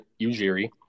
Ujiri